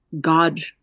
God